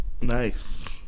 Nice